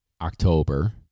october